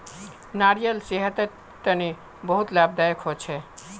नारियाल सेहतेर तने बहुत लाभदायक होछे